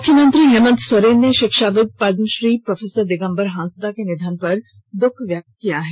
मुख्यमंत्री हेमन्त सोरेन ने शिक्षाविद पद्मश्री प्रो दिगम्बर हांसदा के निधन पर दुःख व्यक्त किया है